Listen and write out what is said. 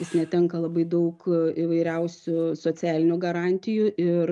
jis netenka labai daug įvairiausių socialinių garantijų ir